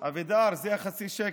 אבידר, זה חצי שקל,